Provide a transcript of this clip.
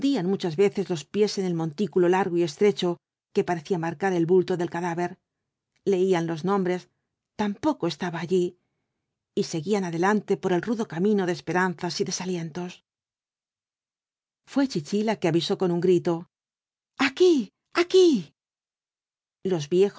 muchas veces los pies en el montículo largo y estrecho que parecía marcar el bulto del cadáver leían los nombres tampoco estaba allí y seguían adelante por el rudo camino de esperanzas y desalientos fué chichi la que avisó con un grito aquí aquí los